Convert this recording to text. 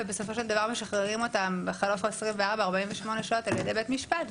ובסופו של דבר משחררים אותם בחלוף 24 או 48 שנות על ידי בית משפט.